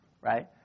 Right